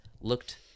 looked